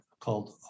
called